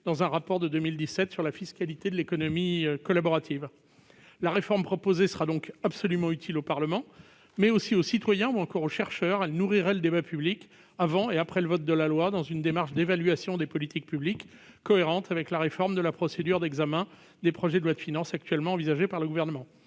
dans un rapport de 2017 sur la fiscalité de l'économie collaborative. La réforme proposée sera donc absolument utile au Parlement, mais aussi aux citoyens ou encore aux chercheurs. Elle nourrirait le débat public, avant et après le vote de la loi, dans une démarche d'évaluation des politiques publiques cohérente avec la réforme de la procédure d'examen des lois de finances actuellement envisagée par le Gouvernement.